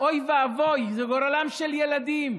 אוי ואבוי, זה גורלם של ילדים.